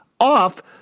off